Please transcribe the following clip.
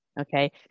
Okay